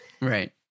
Right